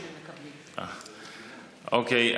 אוקיי.